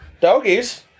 Doggies